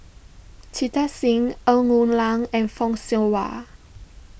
Jita Singh Ng Woon Lam and Fock Siew Wah